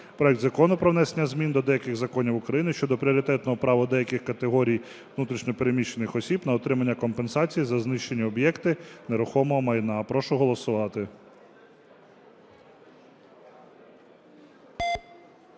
проект Закону про внесення змін до деяких законів України щодо пріоритетного права деяких категорій внутрішньо переміщених осіб на отримання компенсації за знищені об'єкти нерухомого майна. Прошу голосувати.